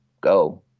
go